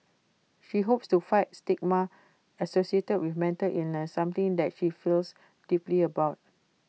she hopes to fight stigma associated with mental illness something that she feels deeply about